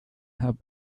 have